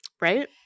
right